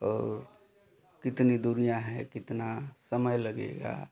और कितनी दूरियाँ है कितना समय लगेगा